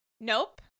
Nope